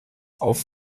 auf